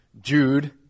Jude